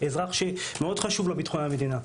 אזרח שמאוד חשוב לו ביטחון המדינה.